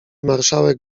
marszałek